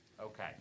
Okay